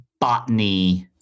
botany